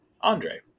Andre